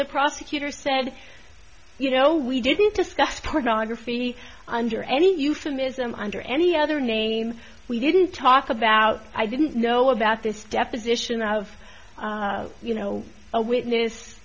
the prosecutor said you know we didn't discuss pornography under any euphemism under any other name we didn't talk about i didn't know about this deposition of you know a